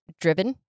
driven